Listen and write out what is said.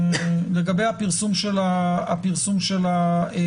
לגבי פרסום הדוח,